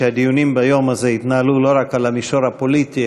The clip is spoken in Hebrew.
שהדיונים ביום הזה יתנהלו לא רק על המישור הפוליטי,